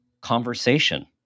conversation